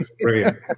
Brilliant